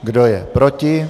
Kdo je proti?